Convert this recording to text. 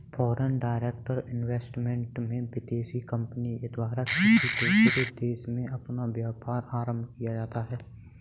foreign direct investment में विदेशी company के द्वारा किसी दूसरे देश में अपना व्यापार आरंभ किया जाता है